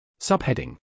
Subheading